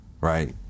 right